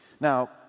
Now